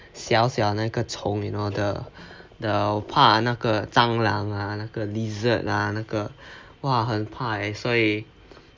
小小那个虫 you know the the 怕那个蟑螂 ah 那个 lizard ah 那个 !wah! 很怕所以